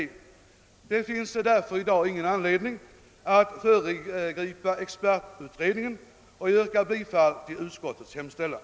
Det finns därför i dag ingen anledning att föregripa expertutredningen, och jag yrkar därför bifall till utskottets hemställan.